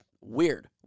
Weird